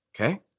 okay